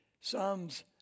Psalms